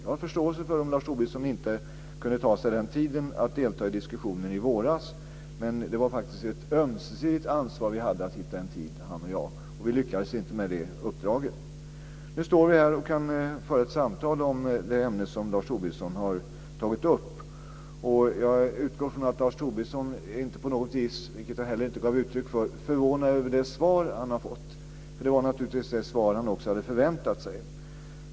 Jag har förståelse om Lars Tobisson inte kunde ta sig tid att delta i diskussionen i våras men det var faktiskt ett ömsesidigt ansvar som vi båda hade att hitta en tid. Vi lyckades dock inte med det uppdraget. Nu står vi här och kan föra ett samtal om det ämne som Lars Tobisson har tagit upp. Jag utgår från att Lars Tobisson inte på något vis - vilket han heller inte gav uttryck för - är förvånad över det svar som han har fått. Det var naturligtvis det svar som han hade förväntat sig.